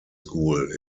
school